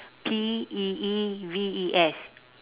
P E E V E S